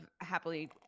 happily